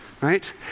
right